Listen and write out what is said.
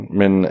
men